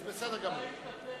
אז בסדר גמור.